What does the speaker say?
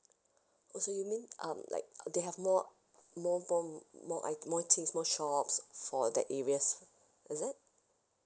oh so you mean um like uh they have more more more item more things more shops for that areas is it